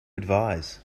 advise